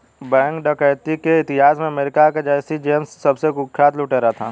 bank डकैती के इतिहास में अमेरिका का जैसी जेम्स सबसे कुख्यात लुटेरा था